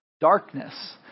darkness